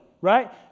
right